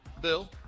Bill